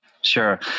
Sure